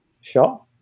shot